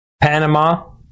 Panama